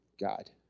God